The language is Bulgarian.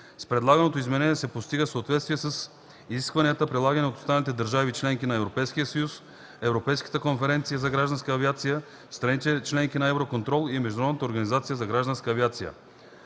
С предлаганото изменение се постига съответствие с изискванията, прилагани от останалите държави – членки на Европейския съюз, Европейската конференция за гражданска авиация (ЕКГА), страните членки на Евроконтрол и Международната организация за гражданска авиация